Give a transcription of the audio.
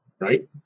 right